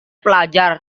pelajar